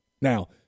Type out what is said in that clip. Now